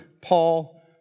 Paul